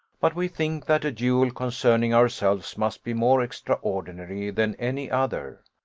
but we think that a duel concerning ourselves must be more extraordinary than any other.